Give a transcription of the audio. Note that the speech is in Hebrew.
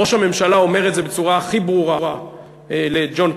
ראש הממשלה אומר את זה בצורה הכי ברורה לג'ון קרי,